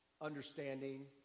understanding